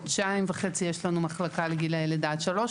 חודשיים וחצי יש לנו מחלקה לגילאי לידה עד שלוש.